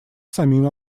самим